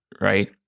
right